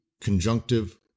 conjunctive